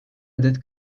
adet